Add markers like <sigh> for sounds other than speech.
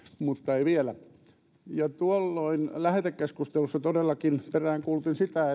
mutta ei vielä tuolloin lähetekeskustelussa todellakin peräänkuulutin sitä <unintelligible>